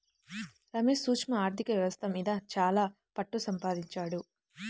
రమేష్ సూక్ష్మ ఆర్ధిక వ్యవస్థ మీద చాలా పట్టుసంపాదించాడు